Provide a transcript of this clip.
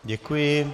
Děkuji.